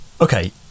Okay